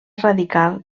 radical